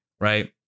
right